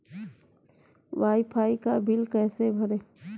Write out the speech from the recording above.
Wi fi का bill कैसे भरें?